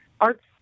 arts